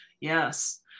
Yes